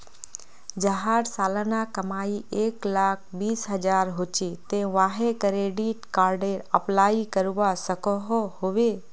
जहार सालाना कमाई एक लाख बीस हजार होचे ते वाहें क्रेडिट कार्डेर अप्लाई करवा सकोहो होबे?